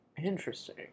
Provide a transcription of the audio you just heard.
Interesting